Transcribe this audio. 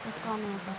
एतौ नहि अयबै